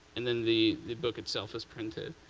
and then the book itself is printed.